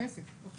אני